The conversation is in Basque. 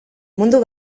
mundu